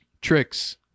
tricks